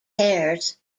hairs